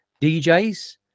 DJs